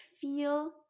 feel